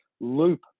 loop